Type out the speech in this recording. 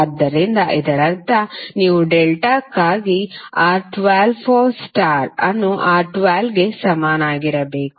ಆದ್ದರಿಂದ ಇದರರ್ಥ ನೀವು ಡೆಲ್ಟಾಕ್ಕಾಗಿ R12ಫಾರ್ ಸ್ಟಾರ್ ಅನ್ನು R12 ಗೆ ಸಮನಾಗಿರಬೇಕು